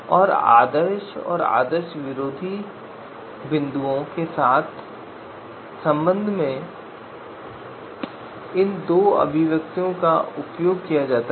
तो आदर्श और विरोधी आदर्श बिंदुओं के संबंध में तो हम इन दो अभिव्यक्तियों का उपयोग कर सकते हैं